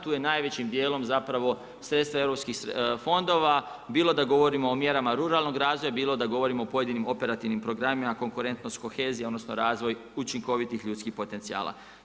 Tu je najvećim dijelom zapravo sredstva europskih fondova bilo da govorimo o mjerama ruralnog razvoja, bilo da govorimo o pojedinim operativnim programima konkurentnost, kohezija, odnosno razvoj učinkovitih ljudskih potencijala.